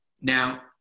Now